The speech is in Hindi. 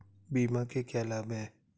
बीमा के क्या लाभ हैं?